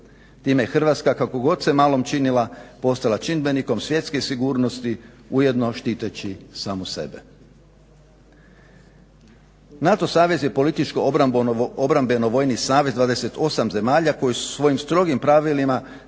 Time je Hrvatska kako god se malom činila, postala čimbenikom svjetske sigurnosti, ujedno štiteći samu sebe. NATO savez je političko obrambeno-vojni savez 28 zemalja koji svojim strogim pravilima